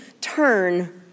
turn